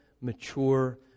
mature